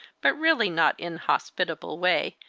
but really not inhospitable way,